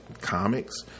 comics